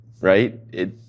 right